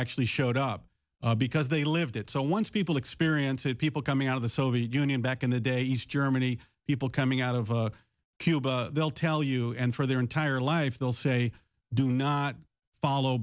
actually showed up because they lived it so once people experience it people coming out of the soviet union back in the day east germany people coming out of cuba they'll tell you and for their entire life they'll say do not follow